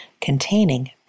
containing